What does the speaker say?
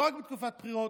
לא רק בתקופת בחירות,